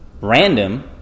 random